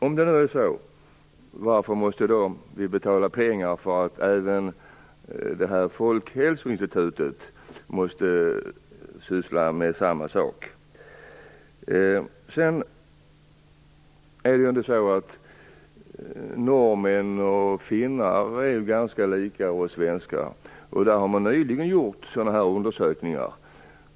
Om det nu är så, varför måste vi då betala för att också Folkhälsoinstitutet skall syssla med samma sak? Norrmän och finnar är ganska lika oss svenskar. I Norge och Finland har man nyligen gjort sådana här undersökningar.